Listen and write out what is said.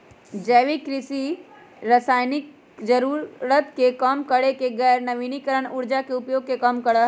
जैविक कृषि, कृषि रासायनिक जरूरत के कम करके गैर नवीकरणीय ऊर्जा के उपयोग के कम करा हई